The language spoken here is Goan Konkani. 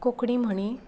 कोंकणी म्हणी